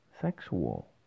Sexual